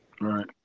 Right